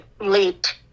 late